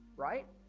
right?